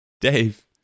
Dave